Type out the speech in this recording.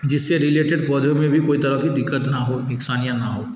जिससे रिलेटेड पौधे में भी कोई तरह की दिक्कत ना हो नुकसान ना हों